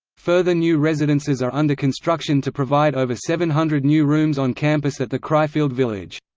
further new residences are under construction to provide over seven hundred new rooms on campus at the cryfield village.